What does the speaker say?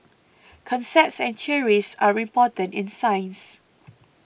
concepts and theories are important in science